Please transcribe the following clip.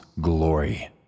glory